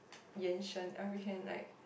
延伸 uh we can like